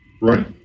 Right